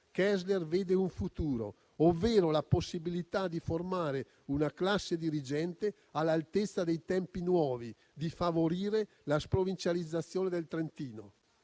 Kessler vede un futuro, ovvero la possibilità di formare una classe dirigente all'altezza dei tempi nuovi, di favorire la sprovincializzazione del Trentino.